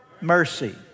mercy